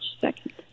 Second